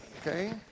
Okay